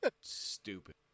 stupid